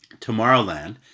Tomorrowland